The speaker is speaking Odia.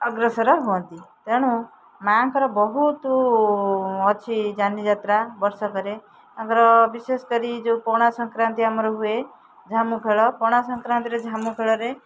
ଅଗ୍ରସର ହୁଅନ୍ତି ତେଣୁ ମାଆଙ୍କର ବହୁତୁ ଅଛି ଯାନିଯାତ୍ରା ବର୍ଷକରେ ତାଙ୍କର ବିଶେଷ କରି ଯୋଉ ପଣା ସଂକ୍ରାନ୍ତି ଆମର ହୁଏ ଝାମୁଖେଳ ପଣା ସଂକ୍ରାନ୍ତିରେ ଝାମୁଖେଳରେ